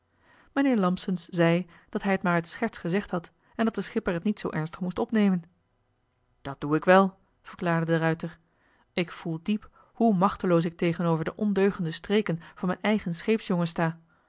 mijnheer lampsens zei dat hij t maar uit scherts gezegd had en dat de schipper het niet zoo ernstig moest opnemen dat doe ik wel verklaarde de ruijter ik voel diep hoe machteloos ik tegenover de ondeugende streken van mijn eigen scheepsjongen sta